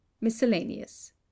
Miscellaneous